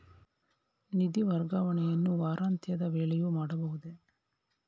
ನಿಧಿ ವರ್ಗಾವಣೆಯನ್ನು ವಾರಾಂತ್ಯದ ವೇಳೆಯೂ ಮಾಡಬಹುದೇ?